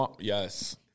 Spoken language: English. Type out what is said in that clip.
Yes